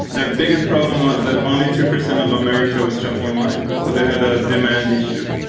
their biggest problem was that only two percent of america was shopping online. so they had a demand issue.